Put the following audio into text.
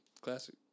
classic